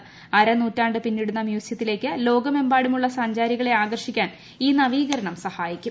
അര ചെലവിൽ നൂറ്റാണ്ട് പിന്നിടുന്ന മ്യൂസിയത്തിലേക്ക് ലോകമെമ്പാടുമുള്ള സഞ്ചാരികളെ ആകർഷിക്കാൻ ഈ നവീകരണം സഹായിക്കും